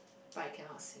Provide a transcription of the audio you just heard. but I cannot